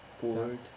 board